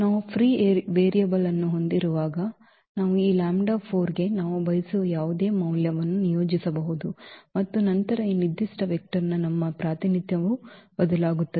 ನಾವು free variable ಅನ್ನು ಹೊಂದಿರುವಾಗ ನಾವು ಈ ಲ್ಯಾಂಬ್ಡಾ 4 ಗೆ ನಾವು ಬಯಸುವ ಯಾವುದೇ ಮೌಲ್ಯವನ್ನು ನಿಯೋಜಿಸಬಹುದು ಮತ್ತು ನಂತರ ಈ ನಿರ್ದಿಷ್ಟ ವೆಕ್ಟರ್ನ ನಮ್ಮ ಪ್ರಾತಿನಿಧ್ಯವೂ ಬದಲಾಗುತ್ತದೆ